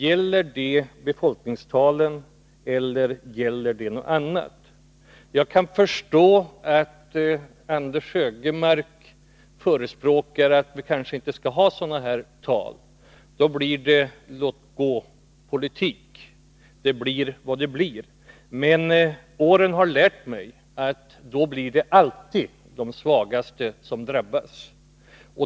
Gäller det befolkningstalen, eller gäller det något annat? Jag kan förstå att Anders Högmark förespråkar att vi kanske inte skall ha sådana här tal. Då blir det låt-gå-politik. Det blir vad det blir. Åren har lärt mig att det då alltid blir de svagaste som drabbas.